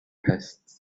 pests